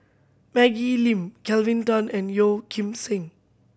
Maggie Lim Kelvin Tan and Yeo Kim Seng